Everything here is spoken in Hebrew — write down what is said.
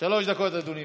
שלוש דקות, אדוני.